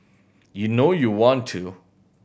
you know you want to